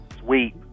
Sweep